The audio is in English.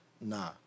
Nah